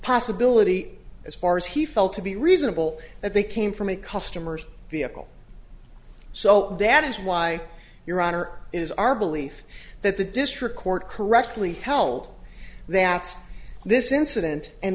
possibility as far as he felt to be reasonable that they came from a customer's vehicle so that is why your honor it is our belief that the district court correctly held that this incident and